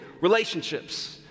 Relationships